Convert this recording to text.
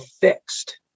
fixed